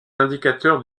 indicateurs